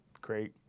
Great